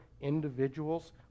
individuals